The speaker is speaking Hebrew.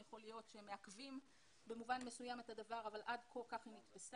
יכול להיות שהם מעכבים במובן מסוים את הדבר אבל עד כה כך היא נתפסה.